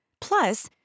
Plus